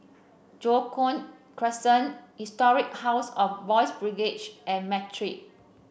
Joo Koon Crescent Historic House of Boys' Brigade and Matrix